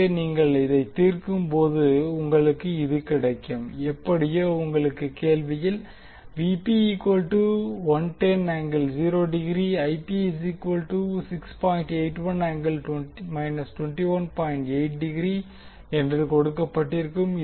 எனவே நீங்கள் இதை தீர்க்கும் போது உங்களுக்கு இது கிடைக்கும் எப்படியோ உங்களுக்கு கேள்வியில் என்று கொடுக்கப்பட்டிருக்கும்